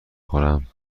خورم